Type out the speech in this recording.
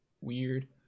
weird